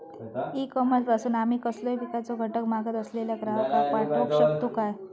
E commerce पासून आमी कसलोय पिकाचो घटक मागत असलेल्या ग्राहकाक पाठउक शकतू काय?